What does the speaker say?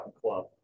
club